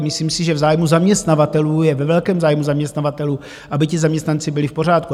Myslím si, že v zájmu zaměstnavatelů je, ve velkém zájmu zaměstnavatelů, aby zaměstnanci byli v pořádku.